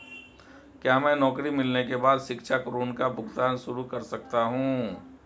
क्या मैं नौकरी मिलने के बाद शिक्षा ऋण का भुगतान शुरू कर सकता हूँ?